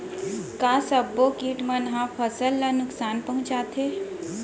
का सब्बो किट मन ह फसल ला नुकसान पहुंचाथे?